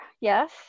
yes